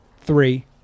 three